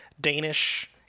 Danish